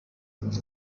rurimi